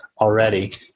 already